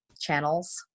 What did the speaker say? channels